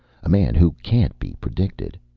a man who can't be predicted.